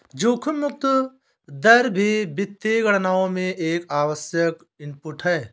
जोखिम मुक्त दर भी वित्तीय गणनाओं में एक आवश्यक इनपुट है